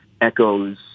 echoes